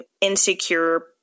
insecure